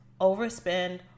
overspend